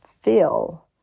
feel